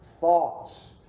thoughts